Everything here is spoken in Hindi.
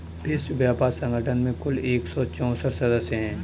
विश्व व्यापार संगठन में कुल एक सौ चौसठ सदस्य हैं